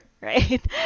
right